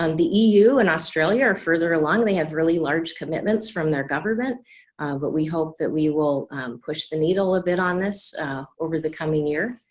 the eu and australia are further along they have really large commitments from their government but we hope that we will push the needle a bit on this over the coming year.